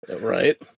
Right